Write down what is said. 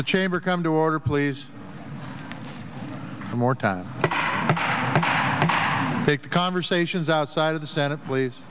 the chamber come to order please more time take the conversations outside of the senate please